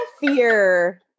fear